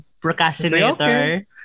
Procrastinator